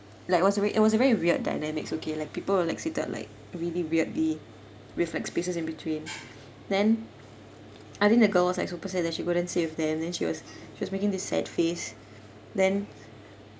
like what was it it was a very weird dynamics okay like people were like seated like really weirdly with like spaces in between then I think the girl was like super sad that she couldn't sit with them then she was she was making this sad face then